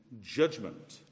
judgment